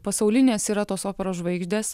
pasaulinės yra tos operos žvaigždės